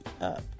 up